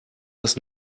das